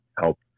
help